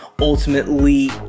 ultimately